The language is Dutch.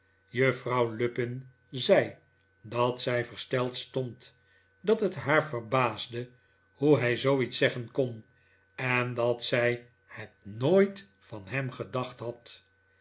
juffrouw lupin zei dat zij versteld stond dat het haar verbaasde hoe hij zooiets zeggen kon en dat zij het nooit van hem gedacht had